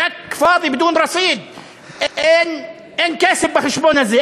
צ'ק ריק ללא יתרה,) אין כסף בחשבון הזה,